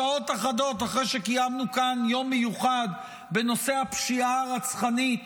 שעות אחדות אחרי שקיימנו כאן יום מיוחד בנושא הפשיעה הרצחנית